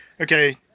Okay